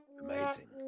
Amazing